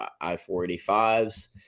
I-485s